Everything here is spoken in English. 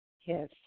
Yes